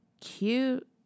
cute